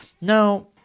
Now